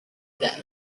deaf